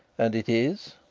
and it is?